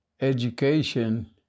education